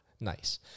Nice